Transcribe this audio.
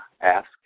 ask